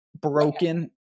broken